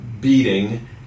beating